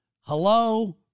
hello